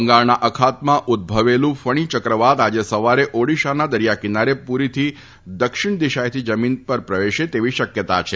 બંગાળના અખાતમાં ઉદભવેલું ફણી ચક્રવાત આજે સવારે ઓડિશાના દરિથા કિનારે પુરીથી દક્ષિણ દીશાએથી જમીન પર પ્રવેશે તેવી શક્યતા છે